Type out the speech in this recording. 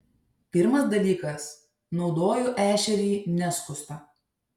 pirmas dalykas naudoju ešerį neskustą